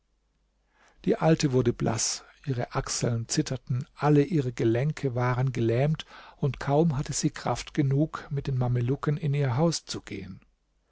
die alte wurde blaß ihre achseln zitterten alle ihre gelenke waren gelähmt und kaum hatte sie kraft genug mit den mamelucken in ihr haus zu gehen